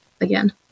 again